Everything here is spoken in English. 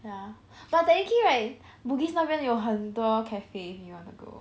ya but technically right bugis 那边有很多 cafe you wanna go